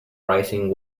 rising